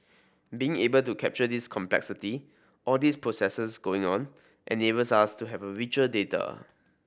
being able to capture this complexity all these processes going on enables us to have richer data